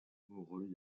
mourut